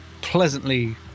pleasantly